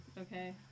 okay